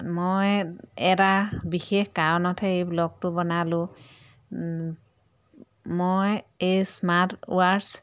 মই এটা বিশেষ কাৰণতহে এই ব্লগটো বনালোঁ মই এই স্মাৰ্ট ৱাৰ্টছ